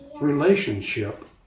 relationship